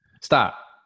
Stop